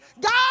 God